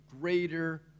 greater